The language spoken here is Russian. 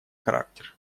характер